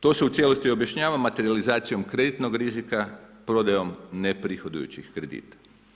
To se u cijelosti objašnjava materijalizacijom kreditnog rizika prodajom neprihodujućih kredita.